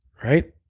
right?